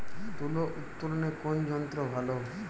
তুলা উত্তোলনে কোন যন্ত্র ভালো?